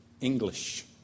English